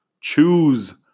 Choose